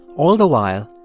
all the while,